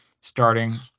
starting